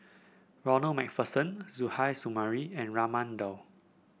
Ronald MacPherson Suzairhe Sumari and Raman Daud